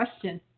question